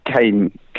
came